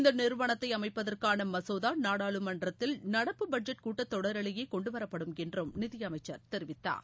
இந்த நிறுவனத்தை அமைப்பதற்கான மசோதா நாடாளுமன்றத்தில் நடப்பு பட்ஜெட் கூட்டத் தொடரிலேயே கொண்டுவரப்படும் என்றும் நிதி அமைச்சர் தெரிவித்தார்